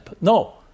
No